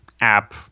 app